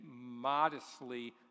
modestly